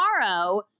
tomorrow